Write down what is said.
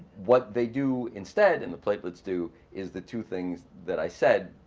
what they do instead, and the platelets do, is the two things that i said.